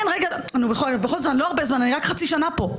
כן, בכל זאת, אני לא הרבה זמן, אני רק חצי שנה פה.